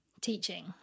teaching